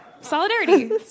Solidarity